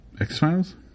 X-Files